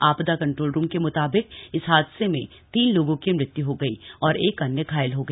आपदा control room के म्ताबिक इस हादसे में तीन लोगों की मृत्यू हो गई और एक अन्य घायल हो गया